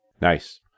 Nice